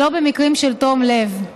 ולא במקרים של תום לב.